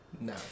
No